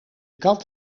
kat